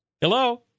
Hello